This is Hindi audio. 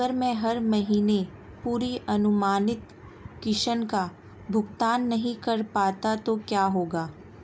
अगर मैं हर महीने पूरी अनुमानित किश्त का भुगतान नहीं कर पाता तो क्या होगा?